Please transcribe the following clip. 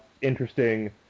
interesting